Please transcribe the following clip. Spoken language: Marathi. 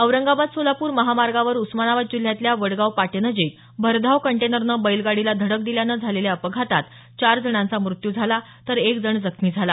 औरंगाबाद सोलापूर महामार्गावर उस्मानाबाद जिल्ह्यातल्या वडगाव पाटीनजिक भरधाव कंटेनरनं बैलगाडीला धडक दिल्यानं झालेल्या अपघातात चार जणांचा मृत्यू झाला तर एक जण जखमी झाला